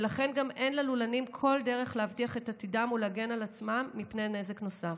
ולכן אין ללולנים כל דרך להבטיח את עתידם ולהגן על עצמם מפני נזק נוסף.